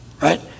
Right